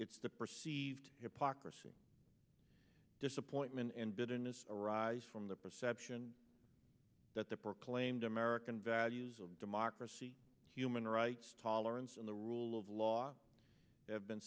it's the perceived hypocrisy disappointment and bitterness arise from the perception that the proclaimed american values of democracy human rights tolerance and the rule of law have been